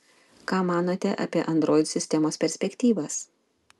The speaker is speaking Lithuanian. ką manote apie android sistemos perspektyvas